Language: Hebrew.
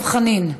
חבר הכנסת דב חנין,